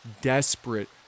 desperate